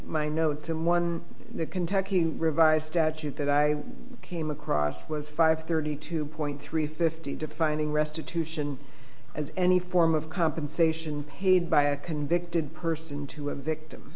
my notes and won the kentucky revised statute that i came across was five thirty two point three fifty defining restitution of any form of compensation paid by a convicted person to a victim